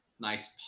nice